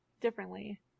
differently